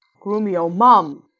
grumio, mum!